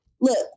look